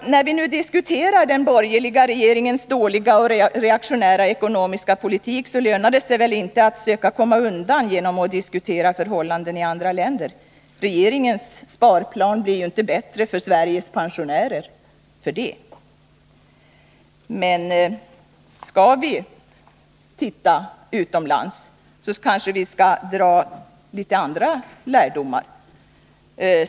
När vi nu diskuterar den borgerliga regeringens dåliga och reaktionära H ekonomiska politik lönar det sig väl inte att försöka komma undan genom att diskutera förhållanden i andra länder! Regeringens sparplan blir inte bättre för Sveriges pensionärer för det. Men skall vi titta utomlands, kanske vi skall dra några andra lärdomar.